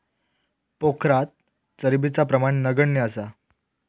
पोखरात चरबीचा प्रमाण नगण्य असा